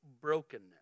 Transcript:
brokenness